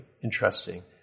interesting